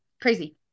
crazy